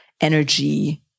energy